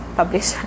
publish